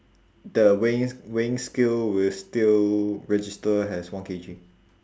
the weighing s~ weighing scale will still register as one K_G